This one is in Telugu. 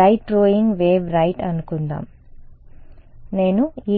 రైట్ గోయింగ్ వేవ్ రైట్ అనుకుందాం నేను e